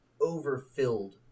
overfilled